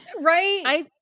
Right